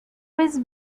was